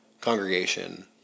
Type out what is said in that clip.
congregation